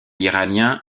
iraniens